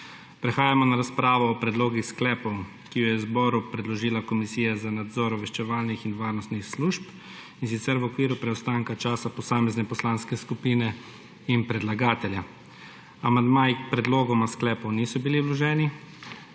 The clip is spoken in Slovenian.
Prehajamo na razpravo o predlogih sklepov, ki jih je Državnemu zboru predložila Komisija za nadzor obveščevalnih in varnostnih služb, in sicer v okviru preostanka časa posamezne poslanske skupine in predlagatelja. Amandmaji k predlogoma sklepov niso bili vloženi.